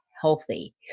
healthy